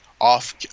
off